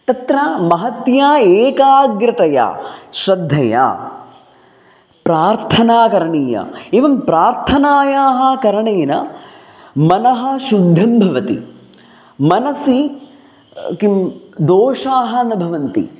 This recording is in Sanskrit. तत्र महत्या एकाग्रतया श्रद्धया प्रार्थना करणीया एवं प्रार्थनायाः करणेन मनः शुद्धं भवति मनसि किं दोषाः न भवन्ति